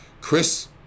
Chris